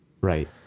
Right